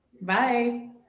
Bye